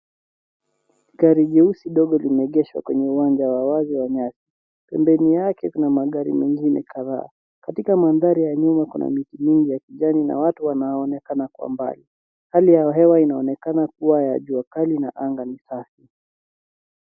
Gari nyeusi dogo limeegeshwa kwenye uwanja wa wazi wa nyasi. Pembeni yake kuna magari mengine kadhaa. Katika mandhari ya nyuma kuna miti mingi ya kijani na watu wanaonekana kwa mbali. Hali ya hewa inaonekana kuwa ya juakali na anga ni safi.